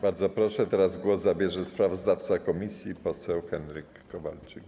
Bardzo proszę, teraz głos zabierze sprawozdawca komisji poseł Henryk Kowalczyk.